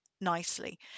nicely